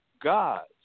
gods